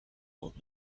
old